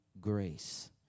grace